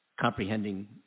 comprehending